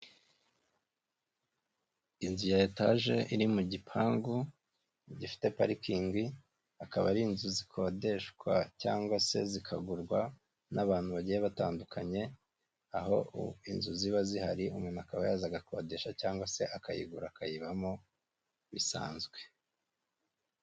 Inzu ya etaje iri mu gipangu gifite parikingi, akaba ari inzu zikodeshwa cyangwa se zikagurwa n'abantu bagiye batandukanye aho inzu ziba zihari umuntu akaba yaza agakodesha cyangwa se akayigura akayibamo bisanzwe.